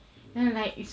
mm